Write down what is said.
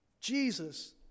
Jesus